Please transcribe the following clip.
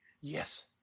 Yes